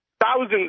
thousands